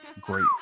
great